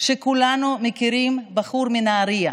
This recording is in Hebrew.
שכולנו מכירים, בחור מנהריה.